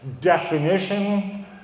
Definition